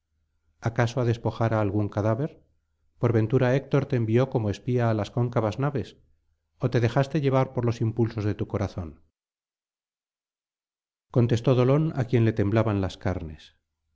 acaso á despojar á algún cadáver por ventura héctor te envió como espía á las cóncavas naves o te dejaste llevar por los impulsos de tu corazón contestó dolón á quien le temblaban las carnes